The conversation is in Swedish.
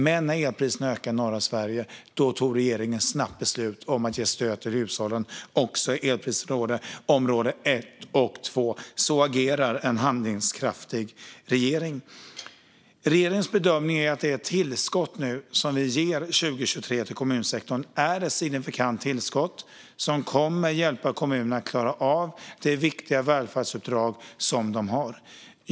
Men när elpriserna i norra Sverige ökade tog regeringen snabbt beslut om att ge stöd till hushållen också i elprisområde 1 och 2. Så agerar en handlingskraftig regering. Regeringens bedömning är att det tillskott för 2023 vi ger kommunsektorn är signifikant och kommer att hjälpa kommunerna att klara av det viktiga välfärdsuppdrag de har.